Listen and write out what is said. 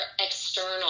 external